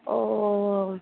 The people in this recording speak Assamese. অ'